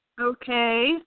Okay